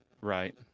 right